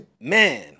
man